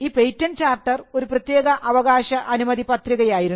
ഈ patent charter ഒരു പ്രത്യേക അവകാശ അനുമതി പത്രികയായിരുന്നു